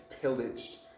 pillaged